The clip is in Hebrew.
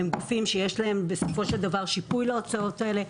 הם גופים שיש להם בסופו של דבר שיפוי להוצאות האלה.